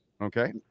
Okay